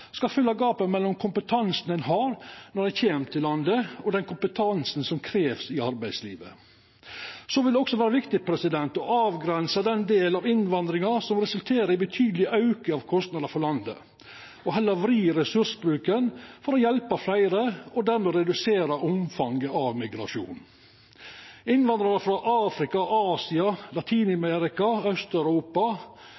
skal fylla gapet mellom kompetansen ein har når ein kjem til landet, og den kompetansen som vert kravd i arbeidslivet. Det vil også vera viktig å avgrensa den delen av innvandringa som resulterer i ein betydeleg auke i kostnader for landet, og heller vri ressursbruken for å hjelpa fleire og dermed redusera omfanget av migrasjon. Innvandrarar frå Afrika, Asia,